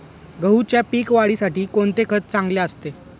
गहूच्या पीक वाढीसाठी कोणते खत चांगले असते?